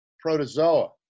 protozoa